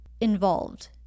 Involved